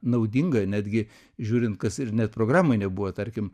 naudinga netgi žiūrint kas ir net programoj nebuvo tarkim